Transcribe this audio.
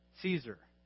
Caesar